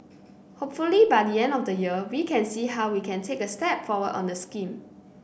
hopefully by the end of the year we can see how we can take a step forward on the scheme